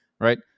Right